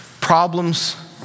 Problems